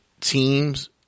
teams